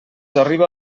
arriba